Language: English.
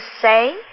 say